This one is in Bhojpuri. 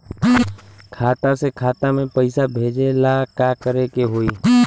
खाता से खाता मे पैसा भेजे ला का करे के होई?